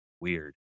Weird